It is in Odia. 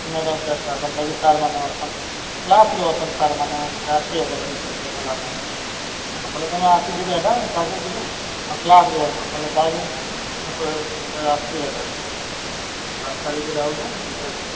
ମ୍ୟାଡ଼ମ୍ ଚାରଟା ଆସ ବାକି ସାର୍ ମାନେ ଅଛନ୍ କ୍ଲାସ୍ରେ ଅଛନ୍ ସାର୍ ମାନେ ଆସିବି ଏଟାର ଦେଖ ଟାଇମ ହେଲାନ ବୋଇଲେ ତମେ ଆସିକିରି ଏଟା ଚାହୁ ଟିକେ ଆଉ କ୍ଲାସ୍ରେ ଅଛନ୍ ବୋଇଲେ ତାକେ ଆସିବି ହେଟା କ୍ଲାସ ସାରିକିରି ଆଉଚନ୍ ବିଷୟ